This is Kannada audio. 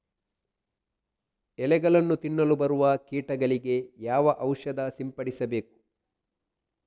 ಎಲೆಗಳನ್ನು ತಿನ್ನಲು ಬರುವ ಕೀಟಗಳಿಗೆ ಯಾವ ಔಷಧ ಸಿಂಪಡಿಸಬೇಕು?